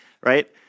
right